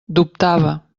dubtava